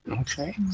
Okay